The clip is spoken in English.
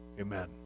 Amen